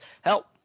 Help